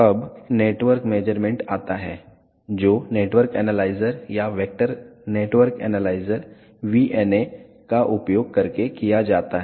अब network measurement आता है जो नेटवर्क एनालाइजर या वेक्टर नेटवर्क एनालाइजर VNA का उपयोग करके किया जाता है